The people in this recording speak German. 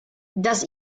das